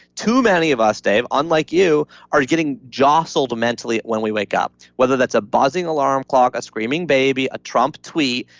too many of us, dave, unlike you, are getting jostled mentally when we wake up, whether that's a buzzing alarm clock, a screaming baby, a trump tweet,